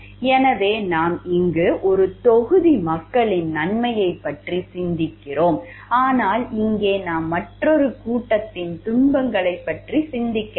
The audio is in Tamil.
எனவே நாம் இங்கு ஒரு தொகுதி மக்களின் நன்மையைப் பற்றி சிந்திக்கிறோம் ஆனால் இங்கே நாம் மற்றொரு கூட்டத்தின் துன்பங்களைப் பற்றி சிந்திக்கவில்லை